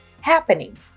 happening